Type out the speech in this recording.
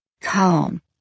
calm